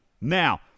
Now